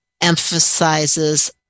emphasizes